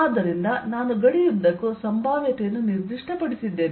ಆದ್ದರಿಂದ ನಾನು ಗಡಿಯುದ್ದಕ್ಕೂ ಸಂಭಾವ್ಯತೆಯನ್ನು ನಿರ್ದಿಷ್ಟಪಡಿಸಿದ್ದೇನೆ